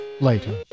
later